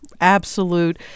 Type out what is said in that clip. absolute